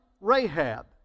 Rahab